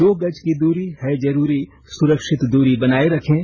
दो गज की दूरी है जरूरी सुरक्षित दूरी बनाए रखें